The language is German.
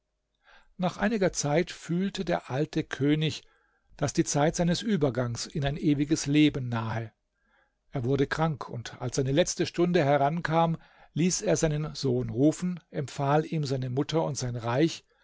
nach einiger zeit fühlte der alte könig daß die zeit seines übergangs in ein ewiges leben nahe er wurde krank und als seine letzte stunde herankam ließ er seinen sohn rufen empfahl ihm seine mutter und sein reich